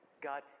god